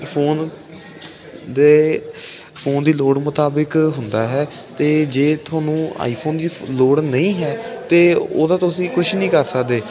phone ਦੇ phone ਦੀ ਲੋੜ ਮੁਤਾਬਿਕ ਹੁੰਦਾ ਹੈ ਅਤੇ ਜੇ ਤੁਹਾਨੂੰ ਆਈਫੋਨ ਦੀ ਲੋੜ ਨਹੀਂ ਹੈ ਤਾਂ ਉਹਦਾ ਤੁਸੀਂ ਕੁਛ ਨਹੀਂ ਕਰ ਸਕਦੇ